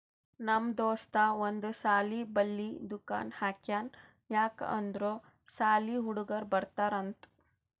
ನಮ್ ದೋಸ್ತ ಒಂದ್ ಸಾಲಿ ಬಲ್ಲಿ ದುಕಾನ್ ಹಾಕ್ಯಾನ್ ಯಾಕ್ ಅಂದುರ್ ಸಾಲಿ ಹುಡುಗರು ಬರ್ತಾರ್ ಅಂತ್